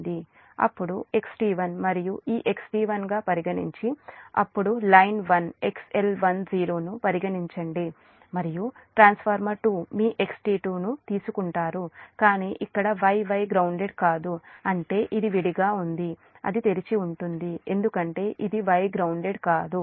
అప్పుడు XT1 మీరు ఈ XT1 ను పరిగణించి అప్పుడు లైన్ 1 XL10 ను పరిగణించండి మరియు ట్రాన్స్ఫార్మర్ 2 మీరు XT2 ను తీసుకుంటారు కానీ ఇక్కడ Y Y గ్రౌన్దేడ్ కాదు అంటే ఇది విడిగా ఉంది అది తెరిచి ఉంటుంది ఎందుకంటే ఇది Y గ్రౌన్దేడ్ కాదు